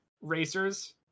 racers